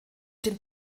den